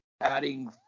adding